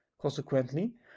consequently